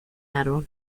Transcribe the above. árbol